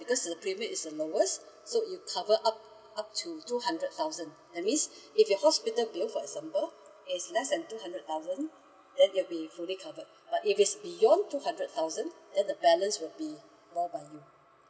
because the premium is the lowest so it'll cover up up to two hundred thousand that's mean if your hospital bill for example is less than tow hundred thousand then it will be fully covered but if is beyond two hundred thousand then the balance will be bear by you